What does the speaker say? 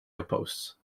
outposts